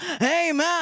amen